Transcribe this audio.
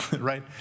right